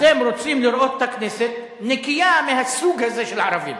אתם רוצים לראות את הכנסת נקייה מהסוג הזה של ערבים.